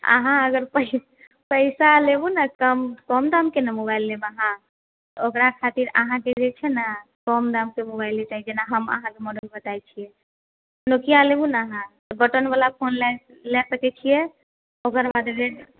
अहाँ अगर पैसा कम कम दाम के ने मोबाइल लेब अहाँ ओकरा खातिर अहाँके जे छै ने कम दाम के मोबाइल चाहे जेना हम अहाँके मॉडल बताए दै छियै नोकिया लेबू ने अहाँ बटन वाला फोन लए सकै छियै ओकर बाद